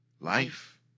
Life